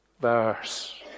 verse